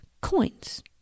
coins